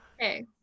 Okay